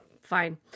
fine